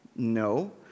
No